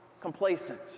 complacent